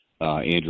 Andrew